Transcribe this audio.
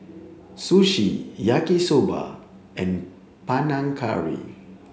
sushi yaki soba and Panang Curry